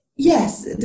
Yes